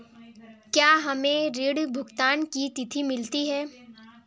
क्या हमें ऋण भुगतान की तिथि मिलती है?